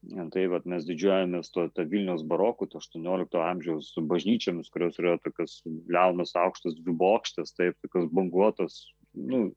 tai vat mes didžiuojamės tuo to vilniaus baroku aštuoniolikto amžiaus bažnyčiomis kurios yra tokios liaunas aukštas jų bokštas taip tokios banguotos nu